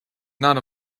not